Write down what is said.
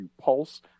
Pulse